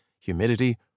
humidity